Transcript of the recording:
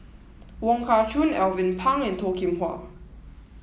Wong Kah Chun Alvin Pang and Toh Kim Hwa